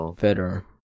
better